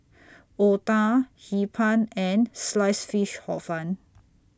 Otah Hee Pan and Sliced Fish Hor Fun